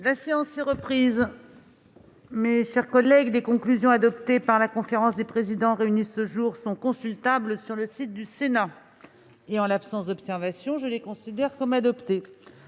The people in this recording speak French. La séance est reprise. Les conclusions adoptées par la conférence des présidents réunie ce jour sont consultables sur le site du Sénat. En l'absence d'observations, je les considère comme adoptées.-